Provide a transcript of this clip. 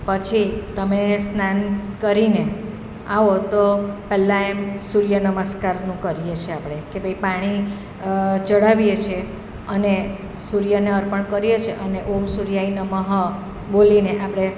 પછી તમે સ્નાન કરીને આવો તો પહેલા એમ સૂર્ય નમસ્કારનું કરીએ છીએ આપણે કે ભાઈ પાણી ચઢાવીએ છીએ અને સૂર્યને અર્પણ કરીએ છીએ અને ઓમ સૂર્યાય નમ બોલીને આપણે